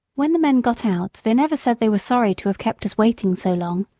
when the men got out they never said they were sorry to have kept us waiting so long,